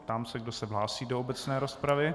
Ptám se, kdo se hlásí do obecné rozpravy.